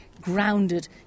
grounded